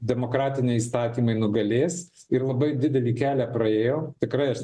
demokratiniai įstatymai nugalės ir labai didelį kelią praėjo tikrai aš